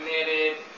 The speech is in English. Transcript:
committed